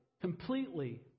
completely